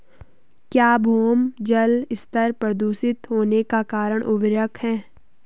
क्या भौम जल स्तर प्रदूषित होने का कारण उर्वरक है?